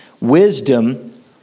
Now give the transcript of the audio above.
Wisdom